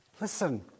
Listen